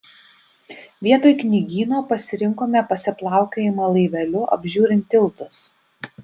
vietoj knygyno pasirinkome pasiplaukiojimą laiveliu apžiūrint tiltus